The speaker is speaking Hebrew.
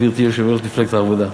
גברתי יושבת-ראש מפלגת העבודה.